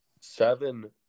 Seven